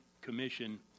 Commission